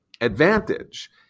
advantage